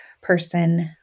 person